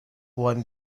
one